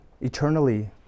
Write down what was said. eternally